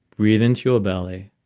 breathe into your belly.